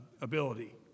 ability